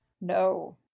No